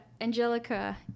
Angelica